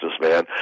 businessman